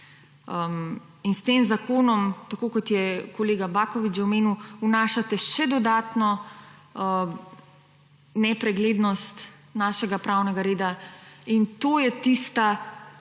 In s tem zakonom, tako kot je kolega Baković omenil, vnašate še dodatno nepreglednost našega pravnega reda. In to je tista